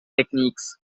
techniques